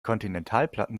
kontinentalplatten